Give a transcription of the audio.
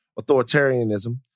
authoritarianism